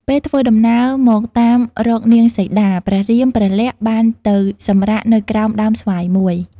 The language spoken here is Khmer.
ពេលធ្វើដំណើរមកតាមរកនាងសីតា ព្រះរាមព្រះលក្សណ៍បានទៅសម្រាកនៅក្រោម ដើមស្វាយមួយ។